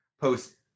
Post